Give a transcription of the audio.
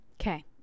Okay